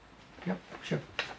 yup sure